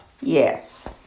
Yes